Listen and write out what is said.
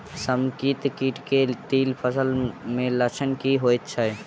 समेकित कीट केँ तिल फसल मे लक्षण की होइ छै?